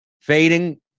Fading